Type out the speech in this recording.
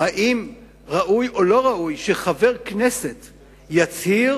אם ראוי או לא ראוי שחבר כנסת יצהיר